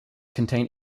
contain